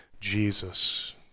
Jesus